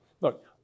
Look